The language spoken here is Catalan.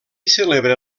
celebra